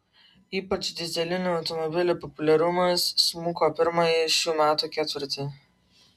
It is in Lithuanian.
ypač dyzelinių automobilių populiarumas smuko pirmąjį šių metų ketvirtį